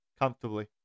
Comfortably